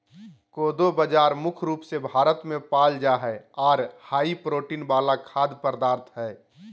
कोदो बाजरा मुख्य रूप से भारत मे पाल जा हय आर हाई प्रोटीन वाला खाद्य पदार्थ हय